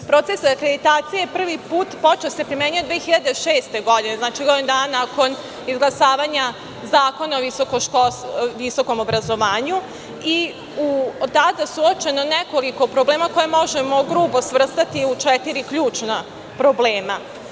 Proces akreditacije prvi put je počeo da se primenjuje 2006. godine, znači, godinu dana nakon izglasavanja Zakona o visokom obrazovanju i od tada je uočeno nekoliko problema koje možemo grubo svrstati u četiri ključna problema.